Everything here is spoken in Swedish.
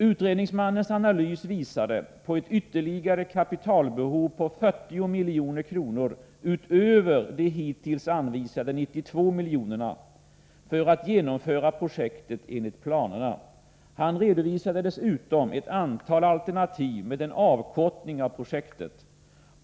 Utredningsmannens analys visade på ett ytterligare kapitalbehov på 40 milj.kr., utöver dittills anvisade 92 milj.kr., för att genomföra projektet enligt planerna. Han redovisade dessutom ett antal alternativ med en avkortning av projektet.